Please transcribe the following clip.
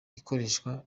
ikoreshwa